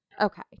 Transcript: Okay